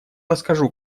расскажу